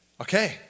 okay